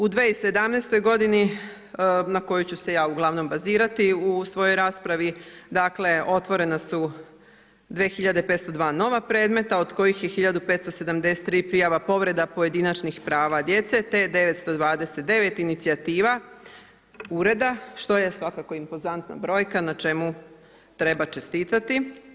U 2017. g. na koju ću se ja ugl. bazirati u svojoj raspravi, otvorena su 2502 nova predmeta od kojih je 1573 prijava povreda pojedinačnih prava djece, te 929 inicijativa, ureda što je svako impozantna brojka na čemu treba čestitati.